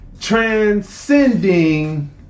transcending